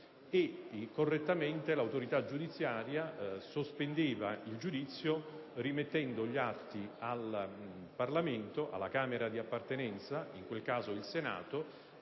Correttamente l'autorità giudiziaria sospendeva il giudizio rimettendo gli atti alla Camera di appartenenza, in quel caso il Senato,